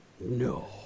No